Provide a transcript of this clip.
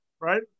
Right